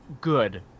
good